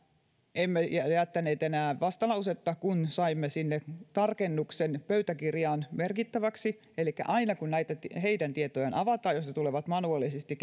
emme jättäneet enää vastalausetta kun saimme tarkennuksen pöytäkirjaan merkittäväksi elikkä aina kun heidän tietojaan avataan jos tulee manuaalisesti